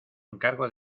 encargo